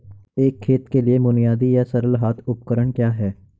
एक खेत के लिए बुनियादी या सरल हाथ उपकरण क्या हैं?